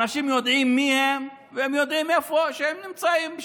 אנשים יודעים מי הם והם יודעים איפה הם נמצאים,